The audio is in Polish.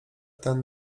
ten